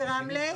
ולוד ורמלה?